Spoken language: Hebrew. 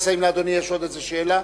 האם לאדוני יש עוד איזו שאלה?